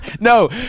No